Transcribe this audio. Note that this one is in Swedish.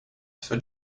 för